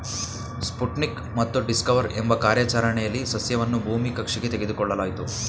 Sputnik ಮತ್ತು discover ಎಂಬ ಕಾರ್ಯಾಚರಣೆಲಿ ಸಸ್ಯವನ್ನು ಭೂಮಿ ಕಕ್ಷೆಗೆ ತೆಗೆದುಕೊಳ್ಳಲಾಯ್ತು